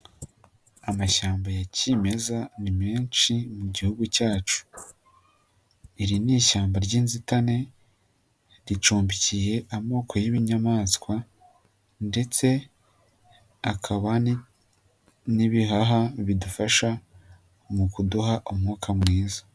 Amashyamba ya kimeza ni menshi mu gihugu cyacu, iri ni ishyamba ry'inzitane, ricumbikiye amoko y'inyamaswa ndetse akaba n'ibihaha bidufasha mu kuduha umwuka mwiza.